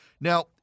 Now